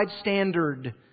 standard